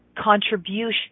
contribution